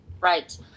Right